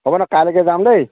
হ'ব ন কাইলৈকে যাম দেই